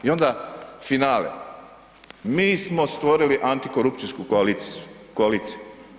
I onda finale, mi smo stvorili antikorupcijsku koaliciju.